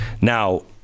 now